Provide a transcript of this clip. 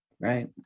Right